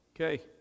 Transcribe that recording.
Okay